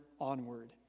onward